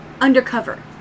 undercover